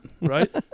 right